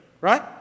right